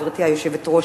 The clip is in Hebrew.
גברתי היושבת-ראש,